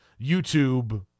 YouTube